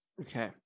Okay